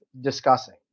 discussing